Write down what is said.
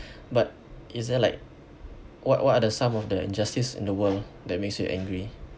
but is there like what what are the some of the injustice in the world that makes you angry